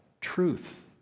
truth